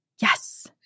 Yes